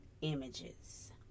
images